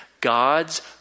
God's